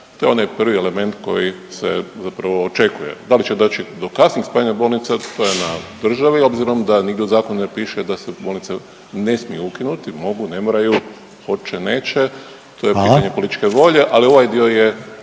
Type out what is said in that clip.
to je onaj prvi element koji se zapravo očekuje. Da li će doći do kasnijeg spajanja bolnica, to je na državi, obzirom da nigdje u zakonu ne piše da se bolnice ne smiju ukinuti, mogu, ne moraju, oće, neće, to je pitanje .../Upadica: Hvala./... političke volje, ali ovaj dio je